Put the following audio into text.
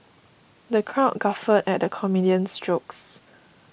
the crowd guffawed at the comedian's jokes